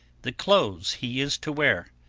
the clothes he is to wear,